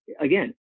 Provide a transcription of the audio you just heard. again